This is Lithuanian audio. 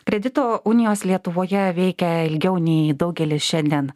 kredito unijos lietuvoje veikia ilgiau nei daugelis šiandien